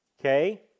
okay